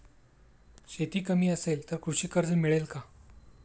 शेती कमी असेल तर कृषी कर्ज मिळेल का?